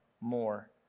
more